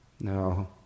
No